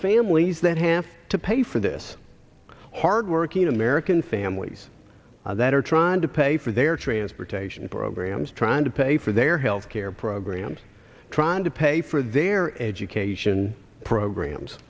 families that have to pay for this hardworking american families that are trying to pay for their transportation programs trying to pay for their health care programs trying to pay for their education programs